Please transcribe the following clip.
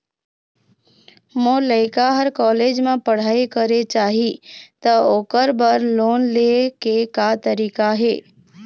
मोर लइका हर कॉलेज म पढ़ई करे जाही, त ओकर बर लोन ले के का तरीका हे?